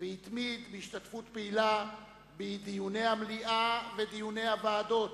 והתמיד בהשתתפות פעילה בדיוני המליאה ובדיוני הוועדות,